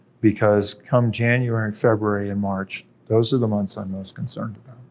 because come january and february and march, those are the months i'm most concerned about.